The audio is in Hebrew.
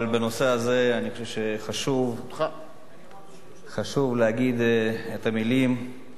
אבל בנושא הזה אני חושב שחשוב להגיד את המלים.